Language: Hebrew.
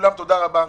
לכולם תודה רבה.